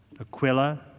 Aquila